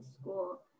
school